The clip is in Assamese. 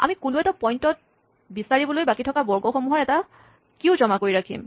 আমি কোনো এটা পইন্টত বিচাৰিবলৈ বাকী থকা বৰ্গসমূহৰ এটা কিউ জমা কৰি ৰাখিম